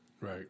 right